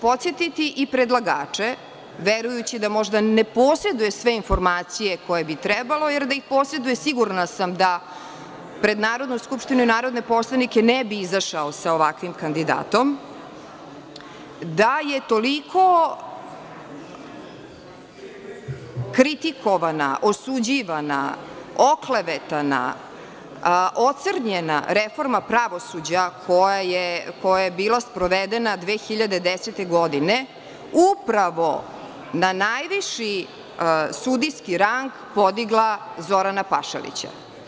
Podsetiću i predlagače, verujući da možda ne poseduju sve informacije koje bi trebalo, jer da ih poseduju sigurna sam da pred Narodnom skupštinom i narodne poslanike ne bi izašao sa ovakvim kandidatom, da je toliko kritikovana, osuđivana, oklevetana, ocrnjena reforma pravosuđa koja je bila sprovedena 2010. godine upravo na najviši sudijski rang podigla Zorana Pašalića.